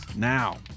Now